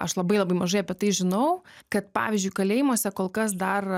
aš labai labai mažai apie tai žinau kad pavyzdžiui kalėjimuose kol kas dar